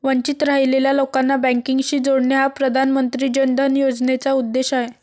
वंचित राहिलेल्या लोकांना बँकिंगशी जोडणे हा प्रधानमंत्री जन धन योजनेचा उद्देश आहे